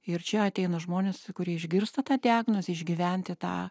ir čia ateina žmonės kurie išgirsta tą diagnozę išgyventi tą